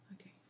Okay